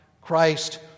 Christ